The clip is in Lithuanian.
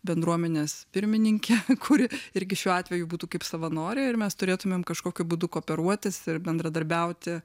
bendruomenės pirmininke kuri irgi šiuo atveju būtų kaip savanorė ir mes turėtumėm kažkokiu būdu kooperuotis ir bendradarbiauti